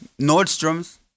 Nordstrom's